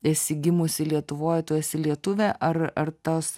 esi gimusi lietuvoj tu esi lietuvė ar ar tas